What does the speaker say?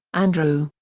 andrew.